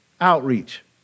outreach